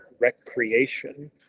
recreation